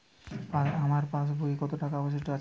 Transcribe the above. আমার পাশ বইয়ে কতো টাকা অবশিষ্ট আছে?